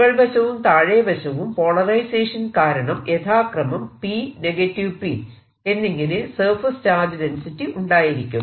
മുകൾവശവും താഴെവശവും പോളറൈസേഷൻ കാരണം യഥാക്രമം P P എന്നിങ്ങനെ സർഫേസ് ചാർജ് ഡെൻസിറ്റി ഉണ്ടായിരിക്കും